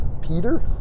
Peter